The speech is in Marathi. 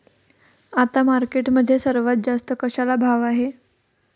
आता मार्केटमध्ये सर्वात जास्त कशाला भाव आहे?